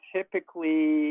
Typically